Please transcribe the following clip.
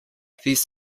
these